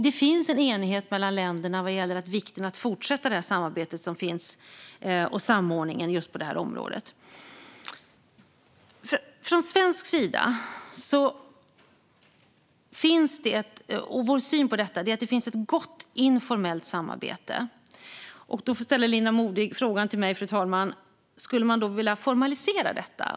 Det finns en enighet mellan länderna vad gäller vikten av att fortsätta det samarbete och den samordning som finns på detta område. Från svensk sida är det vår syn att det finns ett gott informellt samarbete. Linda Modig ställde frågan till mig om man skulle vilja formalisera detta.